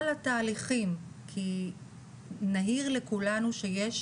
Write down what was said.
על התהליכים, כי נהיר לכולנו שיש